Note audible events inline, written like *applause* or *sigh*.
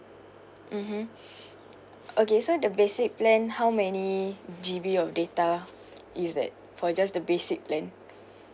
mmhmm *breath* okay so the basic plan how many G_B of data is that for just the basic plan